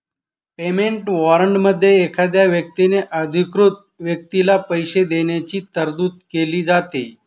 payment वॉरंटमध्ये एखाद्या व्यक्तीने अधिकृत व्यक्तीला पैसे देण्याची तरतूद केली जाते